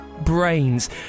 Brains